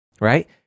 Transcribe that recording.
right